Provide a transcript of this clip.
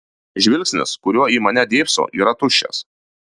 žvilgsnis kuriuo į mane dėbso yra tuščias